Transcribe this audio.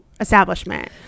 establishment